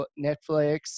Netflix